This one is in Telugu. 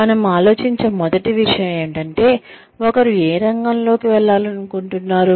మనం ఆలోచించే మొదటి విషయం ఏమిటంటే ఒకరు ఏ రంగం లోకి వెళ్లాలనుకుంటున్నారు